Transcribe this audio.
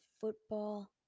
Football